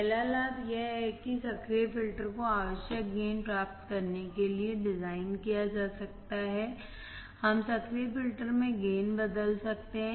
पहला लाभ यह है कि सक्रिय फिल्टर को आवश्यक गेन प्राप्त करने के लिए डिज़ाइन किया जा सकता है हम सक्रिय फ़िल्टर में गेन बदल सकते हैं